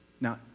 Now